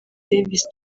davis